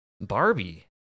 barbie